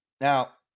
Now